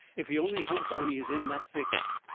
if he only hunts when he is in that fix.